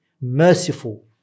merciful